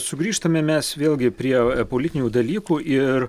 sugrįžtame mes vėlgi prie politinių dalykų ir